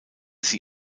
sie